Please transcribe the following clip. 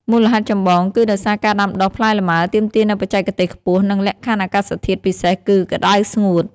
មូលហេតុចម្បង គឺដោយសារការដាំដុះផ្លែលម៉ើទាមទារនូវបច្ចេកទេសខ្ពស់ និងលក្ខខណ្ឌអាកាសធាតុពិសេសគឺ ក្តៅស្ងួត។